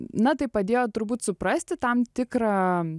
na tai padėjo turbūt suprasti tam tikrą